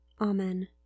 Amen